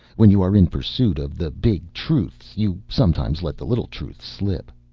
when you are in pursuit of the big truths, you sometimes let the little truths slip.